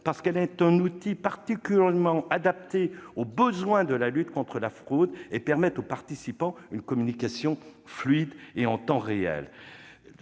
parce qu'elle constitue un outil particulièrement adapté aux nécessités de la lutte contre la fraude et permet aux participants de communiquer de façon fluide et en temps réel.